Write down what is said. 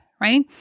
right